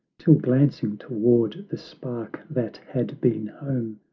till glancing toward the spark that had been home,